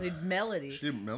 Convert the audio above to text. Melody